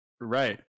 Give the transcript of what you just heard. right